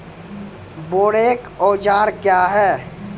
बोरेक औजार क्या हैं?